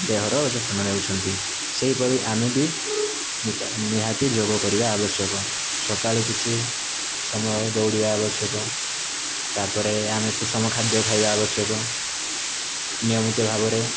ଦେହ ର ଯତ୍ନ ନେଉଛନ୍ତି ସେଇ ପରି ଆମେ ବି ନିହାତି ଯୋଗ କରିବା ଆବଶ୍ୟକ ସକାଳୁ କିଛି ସମୟ ଦୌଡ଼ିବା ଆବଶ୍ୟକ ତାପରେ ଆମେ ସୁଷମ ଖାଦ୍ୟ ଖାଇବା ଆବଶ୍ୟକ ନିୟମିତ ଭାବରେ